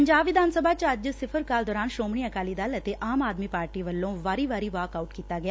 ਪੰਜਾਬ ਵਿਧਾਨ ਸਭਾ ਚ ਅੱਜ ਸਿਫਰ ਕਾਲ ਦੌਰਾਨ ਸ਼ੋਮਣੀ ਅਕਾਲੀ ਦਲ ਅਤੇ ਆਮ ਆਦਮੀ ਪਾਰਟੀ ਵੱਲੋ ਵਾਰੀ ਵਾਰੀ ਵਾਕ ਆਉਟ ਕੀਤਾ ਗਿਆ